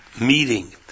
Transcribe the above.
meeting